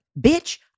bitch